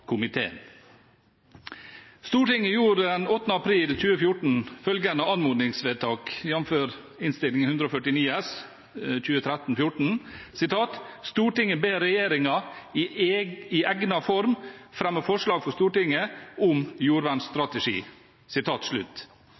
komiteen. Stortinget gjorde den 8. april 2014 følgende anmodningsvedtak, jf. Innst. 149 S for 2013–2014: «Stortinget ber regjeringen i egnet form fremme forslag for Stortinget om jordvernstrategi.»